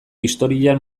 historian